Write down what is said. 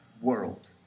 world